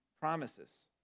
promises